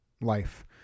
life